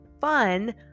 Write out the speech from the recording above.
fun